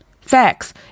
facts